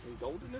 Golden